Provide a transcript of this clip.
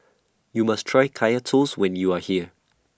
YOU must Try Kaya Toast when YOU Are here